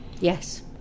yes